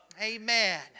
Amen